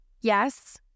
Yes